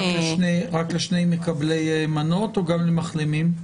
רק לשני מקבלי מנות או גם למחלימים?